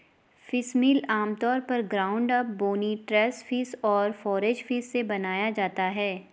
fishmeal आमतौर पर ground up, bony trash fish और फोरेज फिश से बनाया जाता है